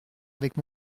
avec